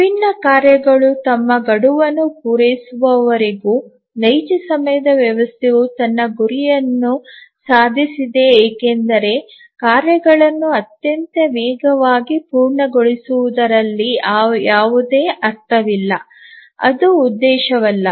ವಿಭಿನ್ನ ಕಾರ್ಯಗಳು ತಮ್ಮ ಗಡುವನ್ನು ಪೂರೈಸುವವರೆಗೂ ನೈಜ ಸಮಯ ವ್ಯವಸ್ಥೆಯು ತನ್ನ ಗುರಿಯನ್ನು ಸಾಧಿಸಿದೆ ಏಕೆಂದರೆ ಕಾರ್ಯಗಳನ್ನು ಅತ್ಯಂತ ವೇಗವಾಗಿ ಪೂರ್ಣಗೊಳಿಸುವುದರಲ್ಲಿ ಯಾವುದೇ ಅರ್ಥವಿಲ್ಲ ಅದು ಉದ್ದೇಶವಲ್ಲ